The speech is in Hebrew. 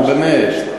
נו, באמת.